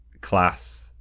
class